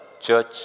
church